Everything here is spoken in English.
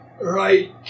Right